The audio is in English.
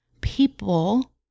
people